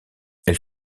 elle